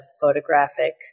photographic